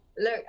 Look